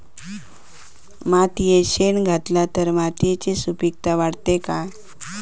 मातयेत शेण घातला तर मातयेची सुपीकता वाढते काय?